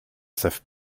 savent